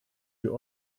you